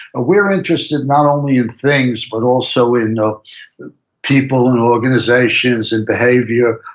we're interested not only in things, but, also, in people, and organizations, and behavior.